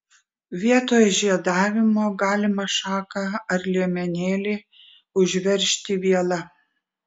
vietoj žiedavimo galima šaką ar liemenėlį užveržti viela